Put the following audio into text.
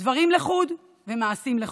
דברים לחוד ומעשים לחוד.